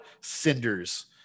cinders